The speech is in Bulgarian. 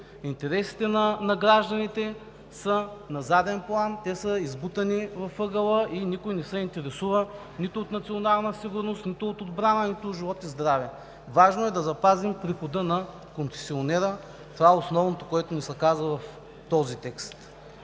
Интересите на гражданите са на заден план, те са избутани в ъгъла и никой не се интересува нито от национална сигурност, нито от отбрана, нито от живот и здраве. Важно е да запазим прихода на концесионера – това е основното, което ни се казва в този текст.